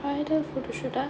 bridal photoshoot ah